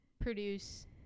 produce